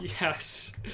Yes